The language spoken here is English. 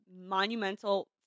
monumental